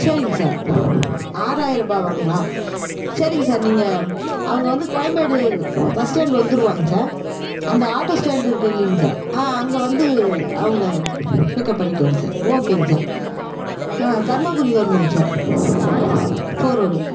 சேரிங்க சார் ஆறாயிர ரூபாவாங்ளா சேரிங்க சார் நீங்கள் அவங்க வந்து கோயம்பேடு பஸ் ஸ்டாண்ட் வந்துருவாங்க சார் அந்த ஆட்டோ ஸ்டாண்ட் இருக்குது இல்லிங்க சார் ஆ அங்கே வந்து அவங்கள பிக் அப் பண்ணிக்கோங்க சார் ஓகேங்க சார் ஆ தருமபுரி வர்ணுங்க சார் ஃபோர் ரோடு